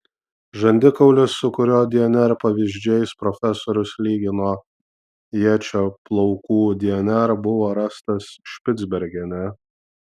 žandikaulis su kurio dnr pavyzdžiais profesorius lygino ječio plaukų dnr buvo rastas špicbergene